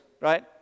right